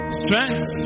strength